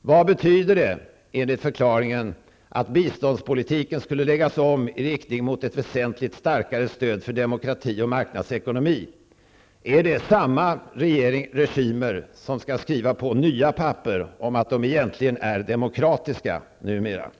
Vad betyder det ''att biståndspolitiken skulle läggas om i riktning mot ett väsentligt starkare stöd för demokrati och marknadsekonomi''? Är det samma regimer som skall skriva på nya papper om att de egentligen är demokratiska numera?